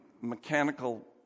mechanical